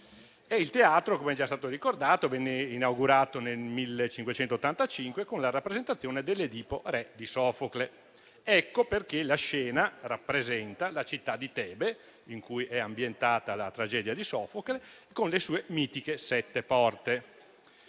dell'epoca. Come è già stato ricordato, il Teatro venne inaugurato nel 1585 con la rappresentazione dell'«Edipo re» di Sofocle. Ecco perché la scena rappresenta la città di Tebe, dove è ambientata la tragedia di Sofocle, con le sue mitiche sette porte.